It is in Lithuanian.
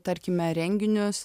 tarkime renginius